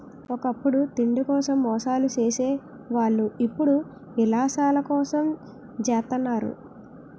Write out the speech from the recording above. ఒకప్పుడు తిండి కోసం మోసాలు సేసే వాళ్ళు ఇప్పుడు యిలాసాల కోసం జెత్తన్నారు